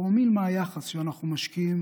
פרומיל מהיחס שאנחנו משקיעים